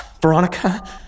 Veronica